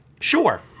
Sure